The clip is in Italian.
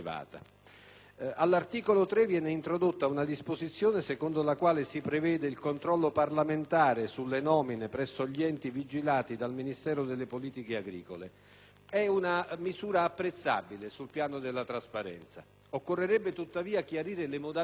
All'articolo 3 viene introdotta una disposizione secondo la quale si prevede il controllo parlamentare sulle nomine presso gli enti vigilati dal Ministero per le politiche agricole. È una apprezzabile misura di trasparenza; occorrerebbe tuttavia chiarire le modalità